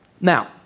now